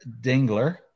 Dingler